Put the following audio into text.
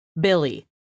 Billy